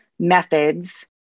methods